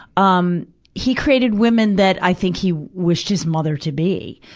um he created women that i think he wished his mother to be,